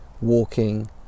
walking